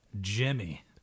Jimmy